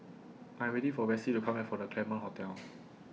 I Am waiting For Ressie to Come Back from The Claremont Hotel